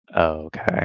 okay